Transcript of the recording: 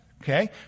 okay